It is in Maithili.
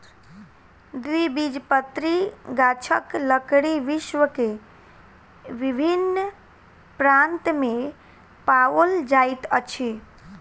द्विबीजपत्री गाछक लकड़ी विश्व के विभिन्न प्रान्त में पाओल जाइत अछि